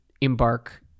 Embark